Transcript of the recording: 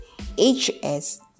HS